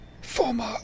former